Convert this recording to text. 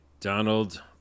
Donald